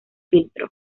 filtro